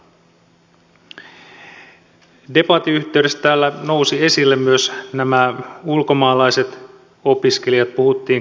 debatin yhteydessä täällä nousivat esille myös nämä ulkomaalaiset opiskelijat puhuttiin koulutusviennistä